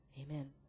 Amen